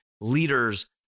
leaders